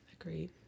Agreed